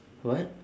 what